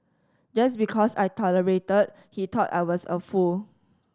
just because I tolerated he thought I was a fool